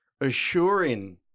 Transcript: assuring